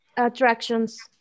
attractions